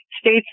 states